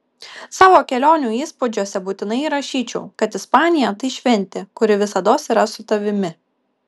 savo kelionių įspūdžiuose būtinai įrašyčiau kad ispanija tai šventė kuri visados yra su tavimi